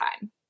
time